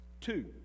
Two